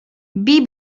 bij